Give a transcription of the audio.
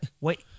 wait